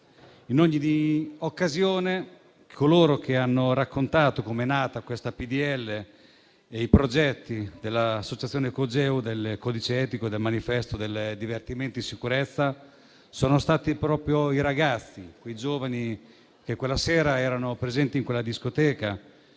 In ogni occasione, coloro che hanno raccontato come sono nati questa proposta di legge e i progetti dell'associazione Cogeu, del codice etico e del manifesto del divertimento in sicurezza sono stati proprio i ragazzi, i giovani che quella sera erano presenti in quella discoteca,